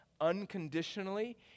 unconditionally